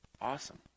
awesome